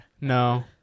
No